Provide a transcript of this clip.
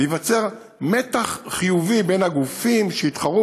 וייווצר מתח חיובי בין הגופים שיתחרו